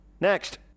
Next